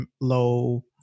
low